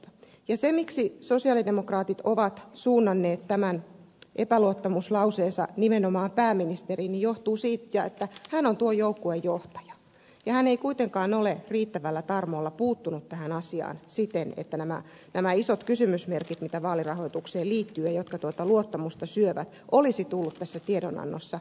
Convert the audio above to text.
se miksi sosialidemokraatit ovat suunnanneet tämän epäluottamuslauseensa nimenomaan pääministeriin johtuu siitä että hän on tuon joukkueen johtaja ja hän ei kuitenkaan ole riittävällä tarmolla puuttunut tähän asiaan siten että nämä isot kysymysmerkit mitkä vaalirahoitukseen liittyvät ja tuota luottamusta syövät olisivat tulleet tässä tiedonannossa selvitetyiksi